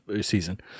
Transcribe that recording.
season